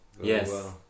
Yes